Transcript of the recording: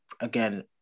again